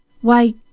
Why